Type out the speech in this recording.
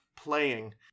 playing